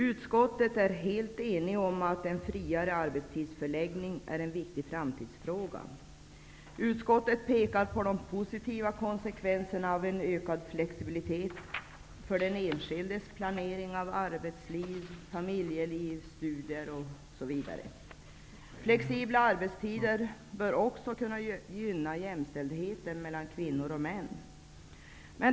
Utskottet är helt enigt om att en friare arbetstidsförläggning är en viktig framtidsfråga. Utskottet pekar på de positiva konsekvenserna av en ökad flexibilitet för den enskildes planering av arbetsliv, familjeliv, studier osv. Flexibla arbetstider bör också kunna gynna jämställdheten mellan kvinnor och män.